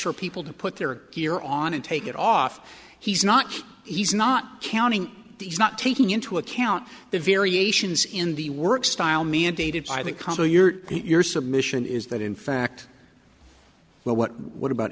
for people to put their gear on and take it off he's not he's not counting he's not taking into account the variations in the work style mandated by the combo your your submission is that in fact well what what about